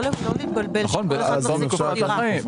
לא להתבלבל שכל אחד מחזיק פה דירה.